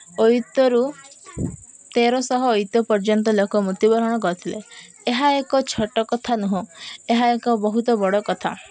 ଅୟୁତରୁ ତେରଶହ ଅୟୁତ ପର୍ଯ୍ୟନ୍ତ ଲୋକ ମୃତ୍ୟୁବରଣ କରିଥିଲେ ଏହା ଏକ ଛୋଟ କଥା ନୁହଁ ଏହା ଏକ ବହୁତ ବଡ଼ କଥା